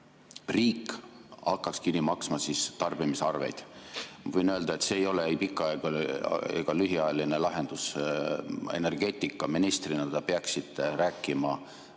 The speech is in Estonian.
riik hakkaks kinni maksma tarbimisarveid. Võin öelda, et see ei ole ei pika- ega lühiajaline lahendus. Energeetikaministrina te peaksite rääkima,